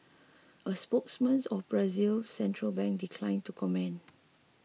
a spokesman for Brazil's central bank declined to comment